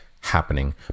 happening